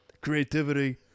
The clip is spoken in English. Creativity